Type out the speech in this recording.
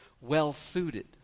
well-suited